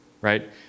right